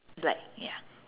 right ya